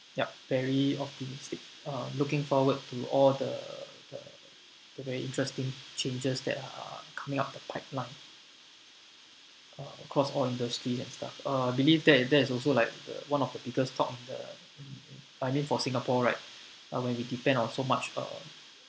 yup very optimistic uh looking forward to all the very interesting changes that are coming up the pipeline across all those things and stuff uh believe that is that's also like the one of the biggest talk I mean for singapore right when we depend on so much um